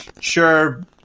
sure